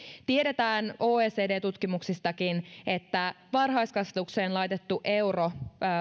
tiedetään oecd tutkimuksistakin että varhaiskasvatukseen laitettu euro